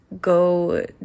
go